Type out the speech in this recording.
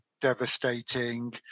devastating